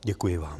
Děkuji vám.